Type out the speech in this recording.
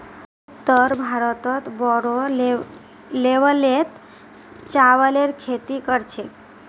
उत्तर भारतत बोरो लेवलत चावलेर खेती कर छेक